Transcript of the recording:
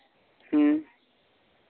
ᱦᱮᱸ